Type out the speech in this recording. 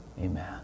Amen